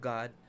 God